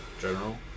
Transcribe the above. General